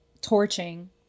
torching